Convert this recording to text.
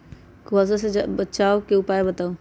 कुहासा से बचाव के उपाय बताऊ?